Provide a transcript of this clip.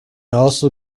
also